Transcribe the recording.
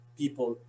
people